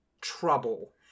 trouble